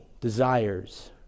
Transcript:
desires